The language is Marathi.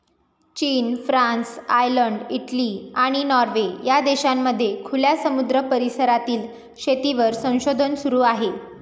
चीन, फ्रान्स, आयर्लंड, इटली, आणि नॉर्वे या देशांमध्ये खुल्या समुद्र परिसरातील शेतीवर संशोधन सुरू आहे